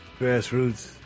Grassroots